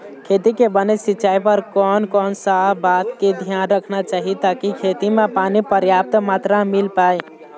खेती के बने सिचाई बर कोन कौन सा बात के धियान रखना चाही ताकि खेती मा पानी पर्याप्त मात्रा मा मिल पाए?